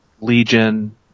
Legion